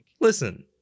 Listen